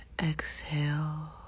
Exhale